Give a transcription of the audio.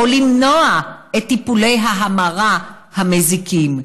או למנוע את טיפולי ההמרה המזיקים,